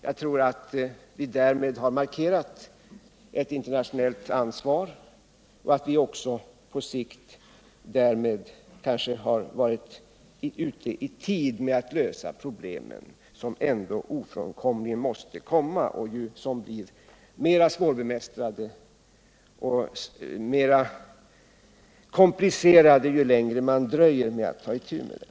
Jag tror att vi därmed markerat ett internationellt ansvar och att vi också på sikt därmed kanske har varit ute i tid med att lösa de problem som ändå ofrånkomligen kommer och som blir mer svårbemästrade och komplicerade ju längre man dröjer med att ta itu med dem.